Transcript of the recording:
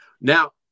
Now